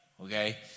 okay